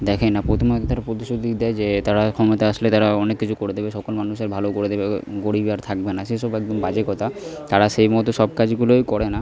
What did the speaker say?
দেখেই না প্রথমে হয়তো তারা প্রতিশ্রুতি দিয়ে দেয় যে তারা ক্ষমতায় এলে তারা অনেক কিছু করে দেবে সকল মানুষের ভালো করে দেবে গরিব আর থাকবে না সেই সব একদম বাজে কথা তারা সেই মতো সব কাজগুলোই করে না